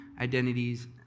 identities